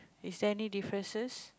is there any differences